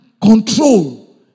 control